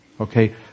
Okay